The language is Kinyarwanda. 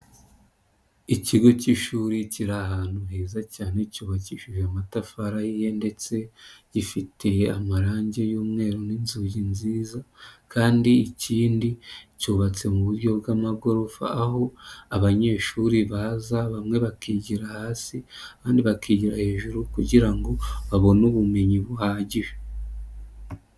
Ikigo cy'ishuri kiri ahantu heza cyane cyubakishije amatafari ahiye ndetse gifite amarangi y'umweru n'inzugi nziza kandi ikindi cyubatse mu buryo bw'amagorofa, aho abanyeshuri baza bamwe bakigira hasi kandi bakigira hejuru kugira ngo babone ubumenyi buhagije.